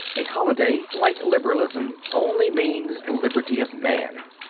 a holiday, like liberalism, only means the liberty of man.